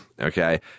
okay